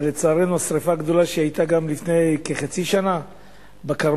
אבל לצערנו השרפה הגדולה שהיתה לפני כחצי שנה בכרמל,